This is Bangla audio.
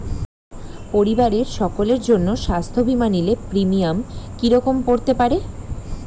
পরিবারের সকলের জন্য স্বাস্থ্য বীমা নিলে প্রিমিয়াম কি রকম করতে পারে?